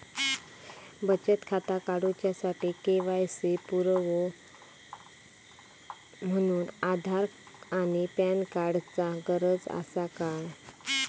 बचत खाता काडुच्या साठी के.वाय.सी पुरावो म्हणून आधार आणि पॅन कार्ड चा गरज आसा काय?